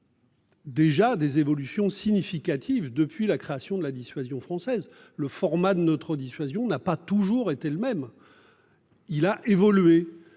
Déjà des évolutions significatives depuis la création de la dissuasion française. Le format de notre dissuasion n'a pas toujours été le même. Il a évolué.